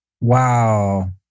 Wow